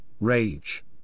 rage